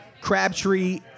Crabtree